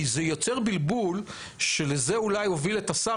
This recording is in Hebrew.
כי זה יוצר בלבול שזה אולי הוביל את השר